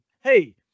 hey